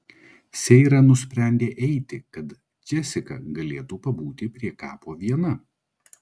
seira nusprendė eiti kad džesika galėtų pabūti prie kapo viena